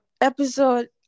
episode